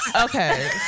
okay